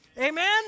Amen